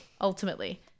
Ultimately